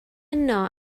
yno